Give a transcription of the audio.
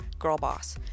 girlboss